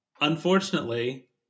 Unfortunately